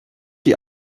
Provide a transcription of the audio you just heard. die